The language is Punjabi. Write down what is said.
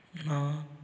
ਨਾਹ